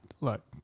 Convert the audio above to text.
look